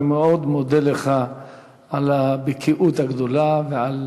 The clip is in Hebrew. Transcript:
אני מאוד מודה לך על הבקיאות הגדולה ועל